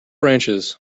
branches